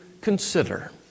consider